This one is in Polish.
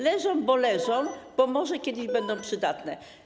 Leżą, bo leżą, bo może kiedyś będą przydatne.